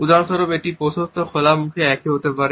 উদাহরণস্বরূপ এটি প্রশস্ত খোলা মুখে একই হতে পারে